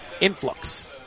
influx